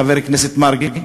חבר הכנסת מרגי,